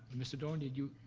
mr. doran, did you?